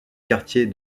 quartier